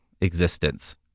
existence